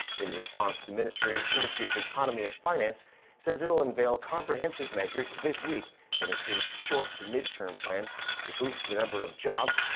in response, the ministry ministry of economy and finance says it'll unveil comprehensive measures this week that include short-to-mid term plans to boost the number of jobs,